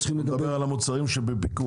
אתה מדבר על המוצרים שבפיקוח.